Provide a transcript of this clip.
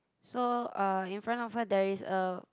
so uh in front of her there is a